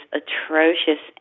atrocious